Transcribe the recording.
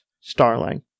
Starling